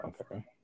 okay